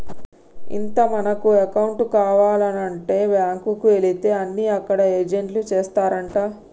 ఇంత మనకు అకౌంట్ కావానంటే బాంకుకు ఎలితే అన్ని అక్కడ ఏజెంట్లే చేస్తారంటా